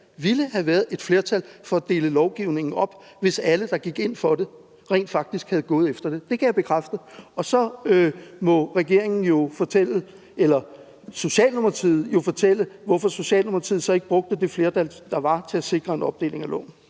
ville have været et flertal for at dele lovgivningen op, hvis alle, der gik ind for det, rent faktisk var gået efter det. Det kan jeg bekræfte. Og så må regeringen jo fortælle, eller Socialdemokratiet må fortælle, hvorfor Socialdemokratiet så ikke brugte det flertal, der var, til at sikre en opdeling af